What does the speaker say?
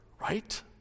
right